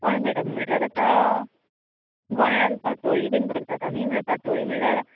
हय मॅडम म्हणल्यार आतां गोंयान पातोळी बी करतात आमी पातोळी म्हणल्यार